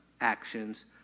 actions